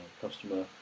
customer